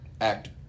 act